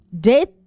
death